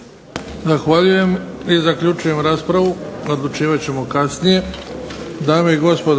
Zahvaljujem. Zaključujem raspravu. Odlučivat ćemo kasnije.